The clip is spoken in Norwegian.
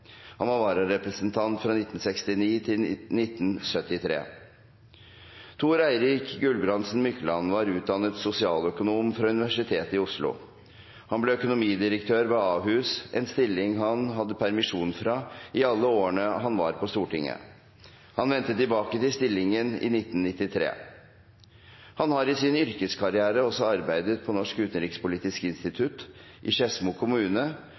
Han var vararepresentant fra 1969–1973. Thor-Eirik Gulbrandsen Mykland var utdannet sosialøkonom fra Universitetet i Oslo. Han ble økonomidirektør ved Ahus, en stilling han hadde permisjon fra i alle årene han var på Stortinget. Han vendte tilbake til stillingen i 1993. Han har i sin yrkeskarriere også arbeidet på Norsk Utenrikspolitisk Institutt, i Skedsmo kommune